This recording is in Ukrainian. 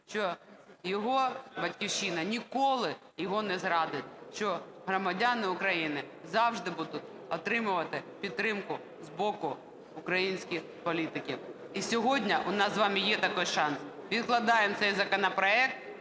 що його Батьківщина ніколи його не зрадить. Що громадяни України завжди будуть отримувати підтримку з боку українських політиків. І сьогодні у нас з вами є такий шанс. Відкладаємо цей законопроект,